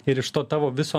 ir iš to tavo viso